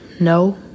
No